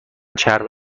چرب